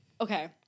Okay